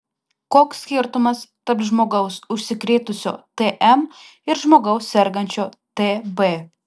koks skirtumas tarp žmogaus užsikrėtusio tm ir žmogaus sergančio tb